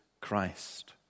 Christ